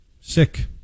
Sick